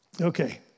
Okay